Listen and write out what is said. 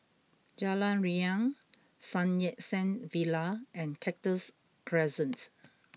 Jalan Riang Sun Yat Sen Villa and Cactus Crescent